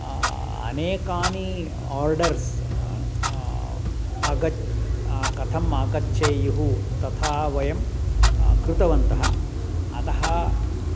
अनेकानि आर्डर्स् आगच्छ कथम् आगच्छेयुः तथा वयं कृतवन्तः अतः